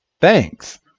thanks